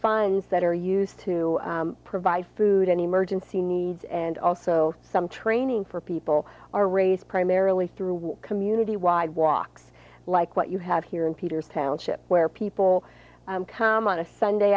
fines that are used to provide food an emergency needs and also some training for people are raised primarily through community wide woks like what you have here in peter's township where people come on a sunday